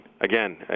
again